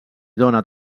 dóna